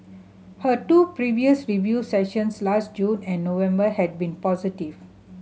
her two previous review sessions last June and November had been positive